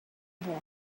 born